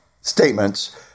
statements